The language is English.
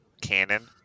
cannon